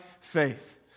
faith